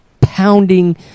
pounding